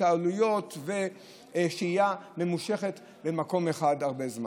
התקהלויות ושהייה ממושכת במקום אחד הרבה זמן.